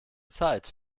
zeit